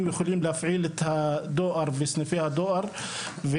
יכולים להפעיל את הדואר וסניפי הדואר.